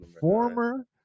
former